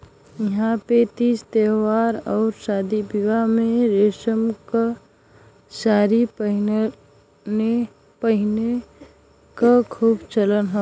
इहां पे तीज त्यौहार आउर शादी बियाह में रेशम क सारी पहिने क खूब चलन हौ